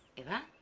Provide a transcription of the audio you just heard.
eva